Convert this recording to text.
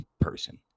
person